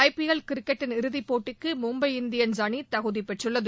ஐ P L கிரிக்கெட்டின் இறுதிப்போட்டிக்கு Mumbai Indians அணி தகுதி பெற்றுள்ளது